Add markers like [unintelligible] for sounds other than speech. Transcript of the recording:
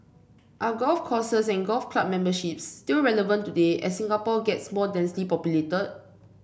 are golf courses and golf club memberships still relevant today as Singapore gets more densely [unintelligible]